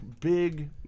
big